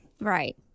Right